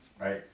right